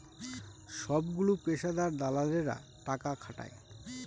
সবগুলো পেশাদার দালালেরা টাকা খাটায়